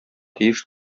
тиеш